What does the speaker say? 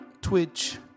Twitch